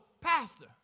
Pastor